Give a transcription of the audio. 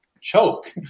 choke